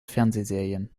fernsehserien